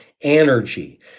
energy